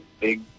big